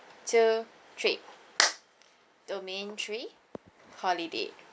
two three domain three holiday